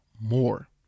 more